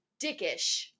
dickish